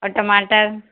और टमाटर